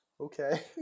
Okay